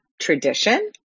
tradition